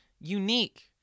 unique